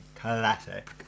classic